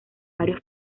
varios